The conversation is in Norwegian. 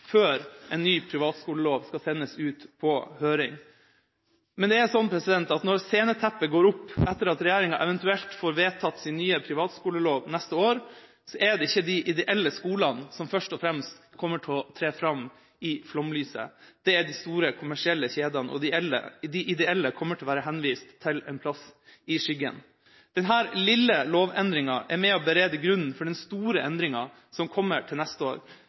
før en ny privatskolelov skal sendes ut på høring. Men når sceneteppet går opp, etter at regjeringa eventuelt får vedtatt sin nye privatskolelov neste år, er det ikke de ideelle skolene som først og fremst kommer til å tre fram i flomlyset. Det er de store kommersielle kjedene. De ideelle kommer til å være henvist til en plass i skyggen. Denne lille lovendringa er med på å berede grunnen for den store endringa som kommer neste år.